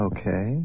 Okay